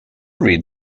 read